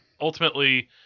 ultimately